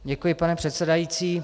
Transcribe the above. Děkuji, pane předsedající.